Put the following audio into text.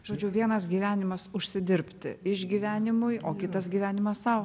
žodžiu vienas gyvenimas užsidirbti išgyvenimui o kitas gyvenimas sau